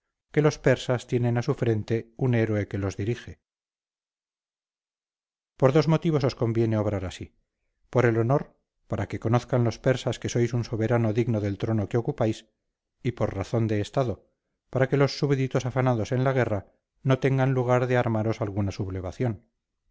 que los persas tienen a su frente un héroe que los dirige por dos motivos os conviene obrar así por el honor para que conozcan los persas que sois un soberano digno del trono que ocupáis y por razón de estado para que los súbditos afanados en la guerra no tengan lugar de armaros alguna sublevación